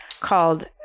called